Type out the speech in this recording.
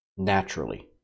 naturally